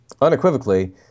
unequivocally